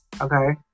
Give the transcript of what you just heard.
Okay